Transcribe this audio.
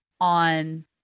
on